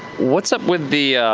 what's up with the